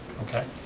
okay,